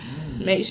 mm